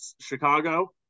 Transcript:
Chicago